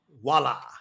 Voila